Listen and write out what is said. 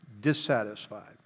dissatisfied